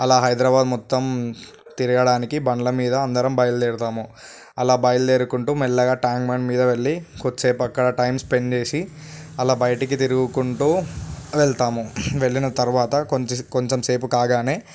అలా హైదరాబాద్ మొత్తం తిరగడానికి బండ్ల మీద అందరం బయలుదేరతం అలా బయలుదేరుకుంటూ మెల్లగా ట్యాంక్ బండ్ మీద వెళ్ళి కొద్దిసేపు అక్కడ టైం స్పెండ్ చేసి అలా బయటకు తిరుగుకుంటూ వెళ్తాము వెళ్ళిన తర్వాత కొంచెం సేపు కాగానే